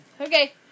Okay